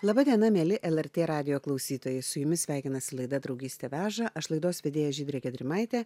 laba diena mieli el er tė radijo klausytojai su jumis sveikinasi laida draugystė veža aš laidos vedėja žydrė gedrimaitė